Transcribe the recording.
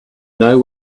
know